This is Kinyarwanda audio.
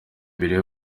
bireba